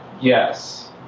Yes